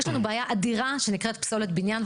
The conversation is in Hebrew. יש לנו בעיה אדירה שנקראת "פסולת בניין",